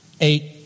Eight